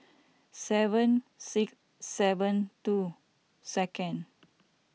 seven seven two second